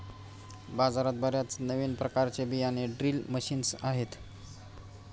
बाजारात बर्याच नवीन प्रकारचे बियाणे ड्रिल मशीन्स आहेत